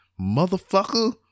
motherfucker